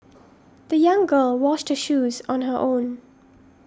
the young girl washed her shoes on her own